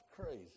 crazy